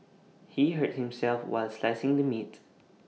he hurt himself while slicing the meat